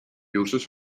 uses